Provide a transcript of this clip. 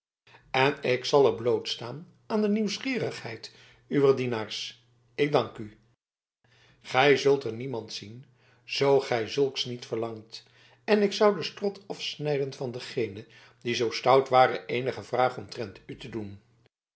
en ik zal er blootstaan aan de nieuwsgierigheid uwer dienaars ik dank u gij zult er niemand zien zoo gij zulks niet verlangt en ik zou den strot afsnijden aan dengene die zoo stout ware eenige vraag omtrent u te doen